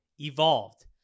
evolved